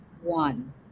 one